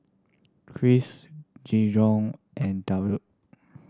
Chris Gijon and Daryn